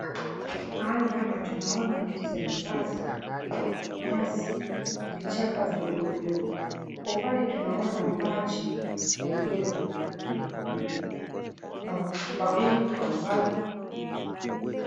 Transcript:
Mahali hapa tunaona miti za minazi mikubwa, nyasi, vichaka vidogo vidogo. Kwa mbali tunaona maji yakiweza kuweza kupiga, mawingu kwa umbali.